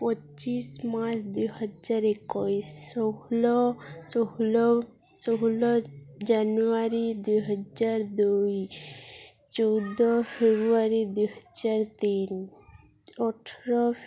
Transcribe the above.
ପଚିଶି ମାର୍ଚ୍ଚ ଦୁଇହଜାର ଏକୋଇଶି ଷୋହଳ ଷୋହଳ ଷୋହଳ ଜାନୁଆରୀ ଦୁଇହଜାର ଦୁଇ ଚଉଦ ଫେବୃଆରୀ ଦୁଇହଜାର ତିନି ଅଠର